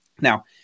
Now